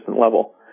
level